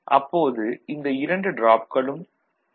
அப்போது இந்த இரண்டு டிராப்களும் 0